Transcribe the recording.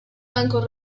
bancos